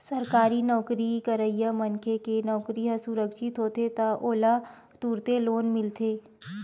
सरकारी नउकरी करइया मनखे के नउकरी ह सुरक्छित होथे त ओला तुरते लोन मिलथे